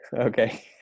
okay